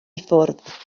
ffwrdd